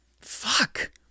fuck